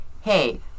hey